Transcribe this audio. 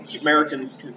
Americans